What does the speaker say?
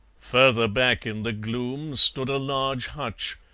further back in the gloom stood a large hutch,